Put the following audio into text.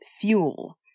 fuel